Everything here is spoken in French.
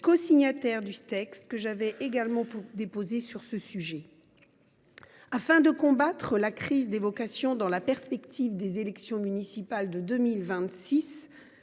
cosignataires du texte que j’ai moi même déposé sur ce sujet. Afin de combattre la crise des vocations dans la perspective des élections municipales de 2026